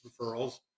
referrals